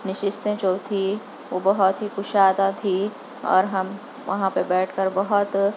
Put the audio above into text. نشستیں جو تھی وہ بہت ہی کُشادہ تھی اور ہم وہاں پہ بیٹھ کر بہت